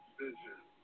vision